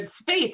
space